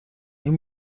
این